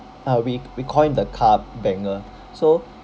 uh we we call him the car banger so